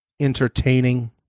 Entertaining